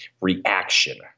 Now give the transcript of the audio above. reaction